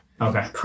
Okay